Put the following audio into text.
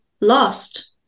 lost